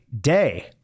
Day